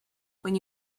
when